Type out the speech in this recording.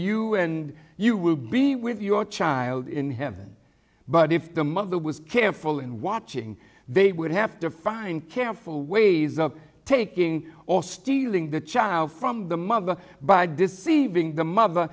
you and you will be with your child in heaven but if the mother was careful in watching they would have to find careful ways of taking or stealing the child from the mother by deceiving the mother